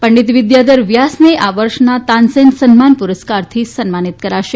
પંડિત વિદ્યાધર વ્યાસને આ વર્ષનો તાનસેન સન્માન પુરસ્કારથી સન્માનિત કરાશે